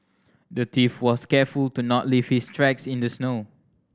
the thief was careful to not leave his tracks in the snow